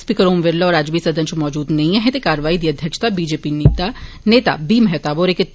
speaker Om Birla होर अज्ज बी सदन च मौजूद नेंई ऐन हे ते कारवाई दी अध्यक्षता बी जे पी नेता बी मेहताब होरें कीती